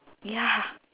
ya